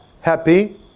happy